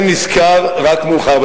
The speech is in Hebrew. עם ישראל נזכר רק מאוחר.